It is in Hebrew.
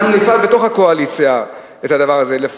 אנחנו נפעל בתוך הקואליציה בדבר הזה.